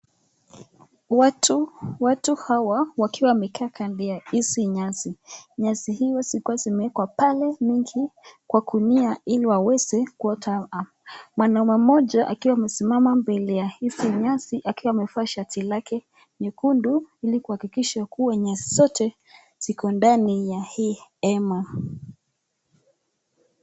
Watu hawa wakiwa wamekaa kando ya hizi nyasi, nyasi hizi zilikuwa zimewekwa pale mji kwa kinua hili waweze kutoa mwanaume moja akiwa amesimama mbele hizi nyasi akiwa amevaa shati lake nyekundu hili kuakikisha nyasi zote ziko ndani ya hii hema.